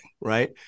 right